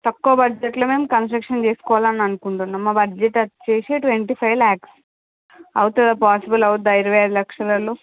తక్కువ బడ్జెట్లో మేం కన్స్ట్రక్షన్ చేసుకోవాలి అని అనుకుంటున్నాం మా బడ్జెట్ వచ్చేసి ట్వంటీ ఫైవ్ లాక్స్ అవుతుందా పాజిబుల్ అవుతుందా ఇరవై ఐదు లక్షలల్లో